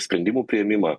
sprendimų priėmimą